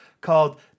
called